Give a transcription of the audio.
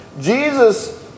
Jesus